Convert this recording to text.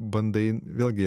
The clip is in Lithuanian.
bandai vėlgi